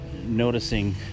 noticing